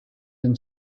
and